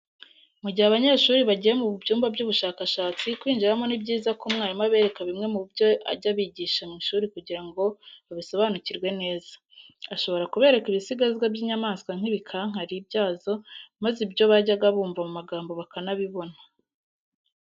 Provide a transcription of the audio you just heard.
Mu gihe abanyeshuri bagiye mu byumba by'ubushakashatsi kwinjiramo ni byiza ko umwarimu abereka bimwe mu byo ajya abigisha mu ishuri kugira ngo babisobanukirwe neza. Ashobora kubereka ibisigazwa by'inyamaswa nk'ibikankari byazo maze ibyo bajyaga bumva mu magambo bakanabibona.